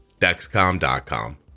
Dexcom.com